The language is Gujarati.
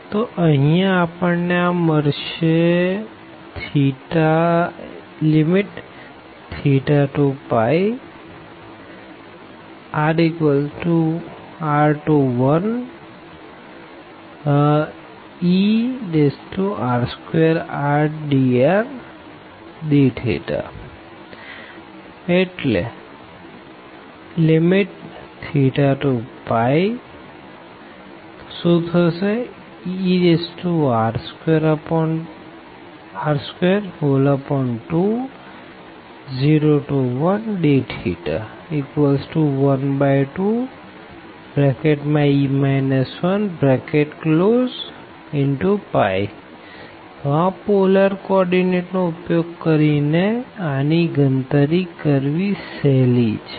તો અહિયાં આપણને આ મળશે θ0r01er2rdrdθθ0er2201dθ12e 1 તો આ પોલર કો ઓર્ડીનેટ નો ઉપયોગ કરી ને આની ગણતરી કરવી ગણી સહેલી છે